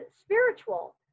spiritual